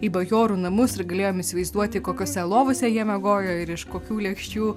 į bajorų namus ir galėjom įsivaizduoti kokiose lovose jie miegojo ir iš kokių lėkščių